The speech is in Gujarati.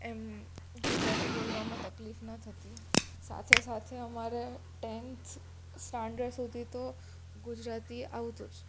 એમ ગુજરાતી બોલવામાં તકલીફ ન થતી સાથે સાથે અમારે ટેન્થ સ્ટાન્ડડ સુધી તો ગુજરાતી તો આવતું જ